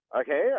okay